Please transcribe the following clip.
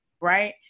right